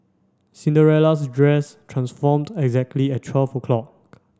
Cinderella's dress transformed exactly at twelve o'clock